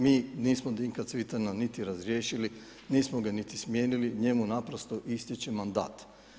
Mi nismo Dinka Cvitana niti razriješili, nismo ga niti smijenili, njemu naprosto ističe mandat.